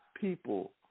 people